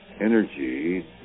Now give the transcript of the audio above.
energy